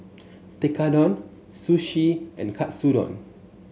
Tekkadon Sushi and Katsudon